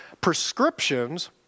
Prescriptions